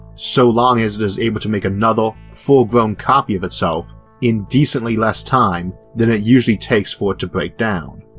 so long as it is able to make another full-grown copy of itself in decently less time than it usually takes for it to breakdown.